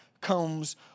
comes